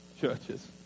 churches